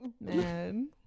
man